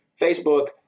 Facebook